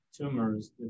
tumors